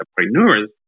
entrepreneurs